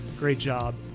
great job.